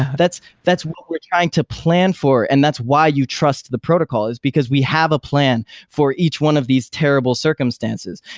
that's that's what we're trying to plan for and that's why you trust the protocol, is because we have a plan for each one of these terrible circumstances.